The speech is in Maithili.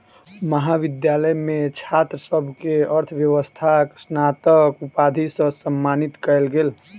महाविद्यालय मे छात्र सभ के अर्थव्यवस्थाक स्नातक उपाधि सॅ सम्मानित कयल गेल